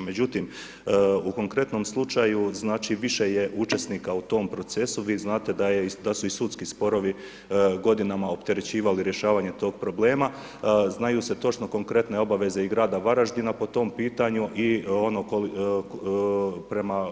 Međutim, u konkretnom slučaju znači više je učesnika u tom procesu, vi znate da su i sudski sporovi godinama opterećivali rješavanje tog problema, znaju se točno konkretne obaveze i grada Varaždina po tom pitanju i ono prema